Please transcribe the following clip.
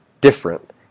different